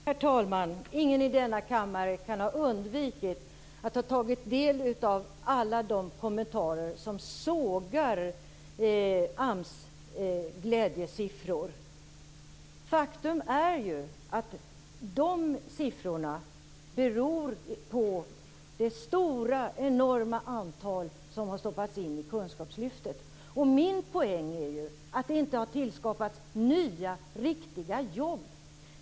Herr talman! Ingen i denna kammare kan ha undgått att ta del av alla de kommentarer som sågar AMS glädjesiffror. Faktum är ju att de siffrorna beror på det stora antal människor som har stoppats in i kunskapslyftet. Min poäng är ju att det inte har tillskapats nya riktiga jobb.